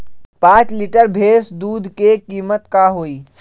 पाँच लीटर भेस दूध के कीमत का होई?